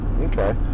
Okay